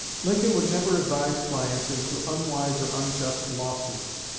lincoln would never advise clients into unwise or unjust lawsuits.